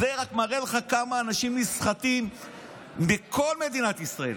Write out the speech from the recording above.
זה רק מראה לך כמה אנשים נסחטים בכל מדינת ישראל.